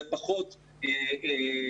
זה פחות לאקדמיה.